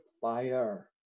fire